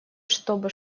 чтобы